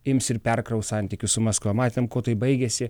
ims ir perkraus santykius su maskva matėm kuo tai baigėsi